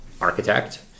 architect